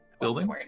Building